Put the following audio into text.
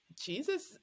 Jesus